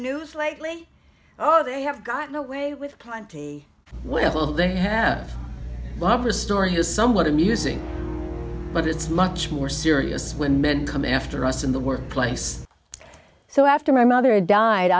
news lately oh they have gotten away with plenty well the obvious story is somewhat amusing but it's much more serious when men come after us in the workplace so after my mother died